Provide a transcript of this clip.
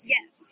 Yes